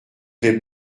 plaît